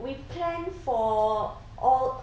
we planned for all